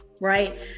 Right